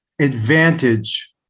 advantage